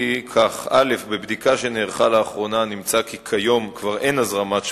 בעיתון "ידיעות נתניה" פורסם לאחרונה כי לתושבי